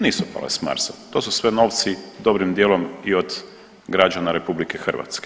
Nisu pale s Marsa, to su sve novci dobrim dijelom i od građana RH.